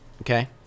okay